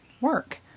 work